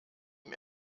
ihm